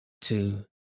two